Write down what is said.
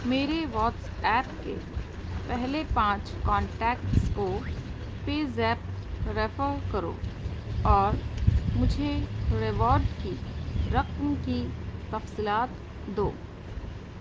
میرے WhatsApp کے پہلے پانچ کانٹیکٹس کو پے زیپ ریفر کرو اور مجھے ریوارڈ کی رقم کی تفصیلات دو